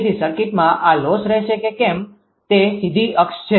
તેથી સર્કિટમાં આ લોસ રહેશે કે કેમ તે સીધી અક્ષ છે